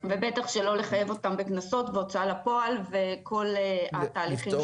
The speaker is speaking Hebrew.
בטח שלא לחייב אותם בקנסות ובהוצאה לפועל וכל התהליכים.